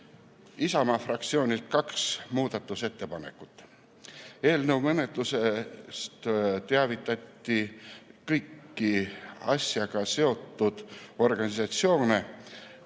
Isamaa fraktsioonilt laekus kaks muudatusettepanekut. Eelnõu menetlemisest teavitati kõiki asjaga seotud organisatsioone,